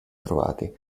trovati